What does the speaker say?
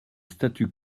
statu